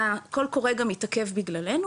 ה"קול קורא" מתעכב גם בגללנו,